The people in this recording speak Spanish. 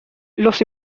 los